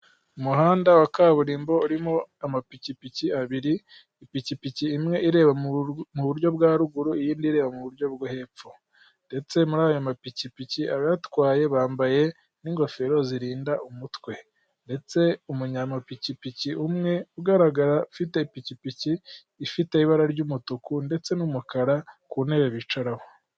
Umuhanda wa kaburimbo urimo amapikipiki abiri, ipikipiki imwe ireba mu buryo bwa ruguru ,iyindi ireba mu buryo bwo hepfo, ndetse muri aya mapikipiki abayatwaye bambaye n'ingofero zirinda umutwe ndetse umunyamapikipiki umwe ugaragara ufite ipikipiki ifite ibara ry'umutuku ndetse n'umukara ku ntebe bicaraho.